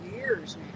years